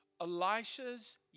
Elisha's